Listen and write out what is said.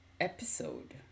episode